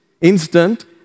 instant